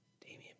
Damian